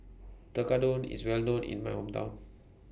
Tekkadon IS Well known in My Hometown